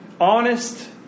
Honest